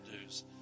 news